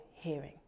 hearing